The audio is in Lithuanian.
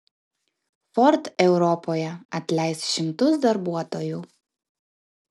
ford europoje atleis šimtus darbuotojų